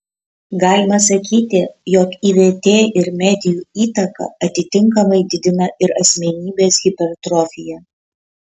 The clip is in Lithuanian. galima sakyti jog ivt ir medijų įtaka atitinkamai didina ir asmenybės hipertrofiją